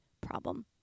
problem